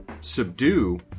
subdue